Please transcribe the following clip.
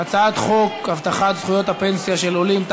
הצעת חוק הבטחת זכויות הפנסיה של עולים,